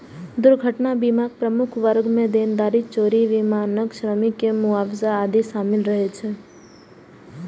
दुर्घटना बीमाक प्रमुख वर्ग मे देनदारी, चोरी, विमानन, श्रमिक के मुआवजा आदि शामिल रहै छै